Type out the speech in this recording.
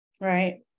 right